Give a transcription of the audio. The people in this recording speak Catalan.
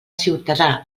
ciutadà